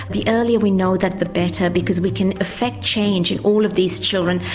the earlier we know that the better, because we can affect change in all of these children.